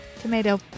Tomato